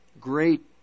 Great